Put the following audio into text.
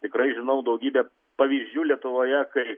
tikrai žinau daugybę pavyzdžių lietuvoje kai